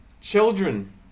children